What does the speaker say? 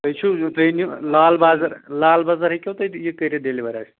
تُہۍ چھِو تُہۍ أنِو لال بازرٕ لال بازرٕ ہیٚکِو تُہۍ یہِ کٔرتھ ڈیلیور اسہِ